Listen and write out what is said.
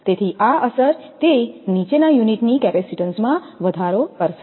તેથી આ અસર તે નીચેના યુનિટની કેપેસિટીન્સમાં વધારો કરશે